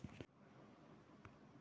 मुई सोना या चाँदी से लोन लुबा सकोहो ही?